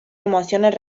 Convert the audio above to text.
emociones